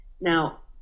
now